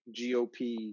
GOP